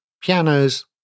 pianos